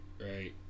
right